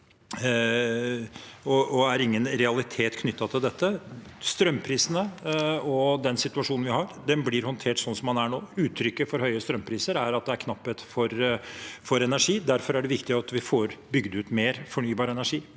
det er ingen realitet knyttet til dette. Strømprisene og den situasjonen vi har, blir håndtert slik den er nå. Høye strømpriser er et uttrykk for at det er knapphet på energi. Derfor er det viktig at vi får bygd ut mer fornybar energi,